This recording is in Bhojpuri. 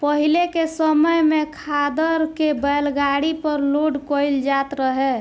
पाहिले के समय में खादर के बैलगाड़ी पर लोड कईल जात रहे